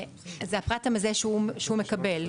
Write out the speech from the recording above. זה הפרט המזהה שהוא מקבל.